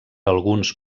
alguns